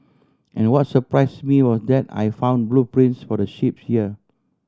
and what surprised me was that I found blueprints for the ship here